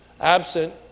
absent